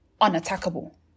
unattackable